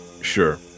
Sure